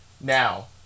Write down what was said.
now